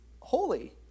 holy